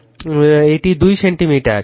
এবং এখানেও এটি 2 সেন্টিমিটার